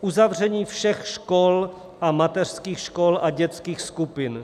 Uzavření všech škol a mateřských škol a dětských skupin.